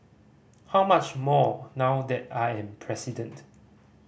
how much more now that I am president